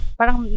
parang